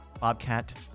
Bobcat